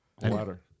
Water